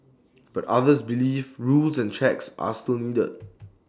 but others believe rules and checks are still needed